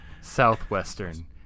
Southwestern